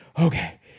okay